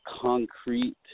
concrete